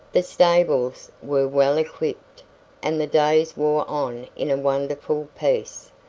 the stables were well equipped and the days wore on in a wonderful peace.